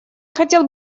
хотел